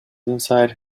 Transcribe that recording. inside